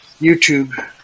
YouTube